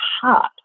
heart